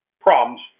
problems